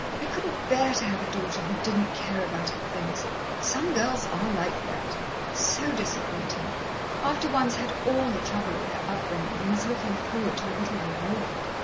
i couldn't bear to have a daughter who didn't care about her things some girls are like that so disappointin' after one's had all the trouble of their upbringin' and is lookin' forward to a little reward.